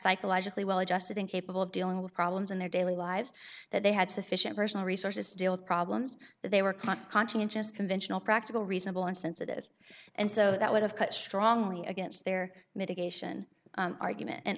psychologically well adjusted and capable of dealing with problems in their daily lives that they had sufficient personal resources to deal with problems that they were caught conscientious conventional practical reasonable and sensitive and so that would have cut strongly against their mitigation argument and